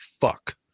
fuck